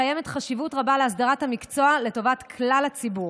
קיימת חשיבות רבה להסדרת המקצוע לטובת כלל הציבור.